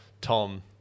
Tom